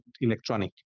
electronic